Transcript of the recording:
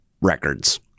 records